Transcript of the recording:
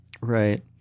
Right